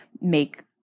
make